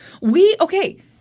We—okay